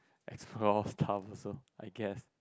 explore stuff also I guess